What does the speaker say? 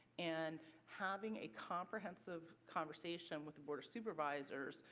and having a comprehensive conversation with the board of supervisors,